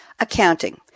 Accounting